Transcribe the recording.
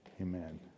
Amen